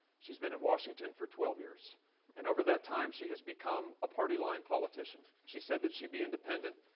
she's been in washington for twelve years and over that time, she has become a party line politician. she said that she'd be independent,